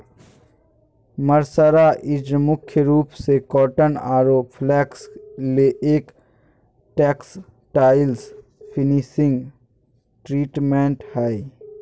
mercerised मुख्य रूप से कॉटन आरो फ्लेक्स ले एक टेक्सटाइल्स फिनिशिंग ट्रीटमेंट हई